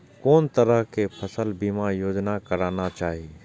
कोन तरह के फसल बीमा योजना कराना चाही?